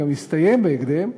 וגם יסתיים בהקדם,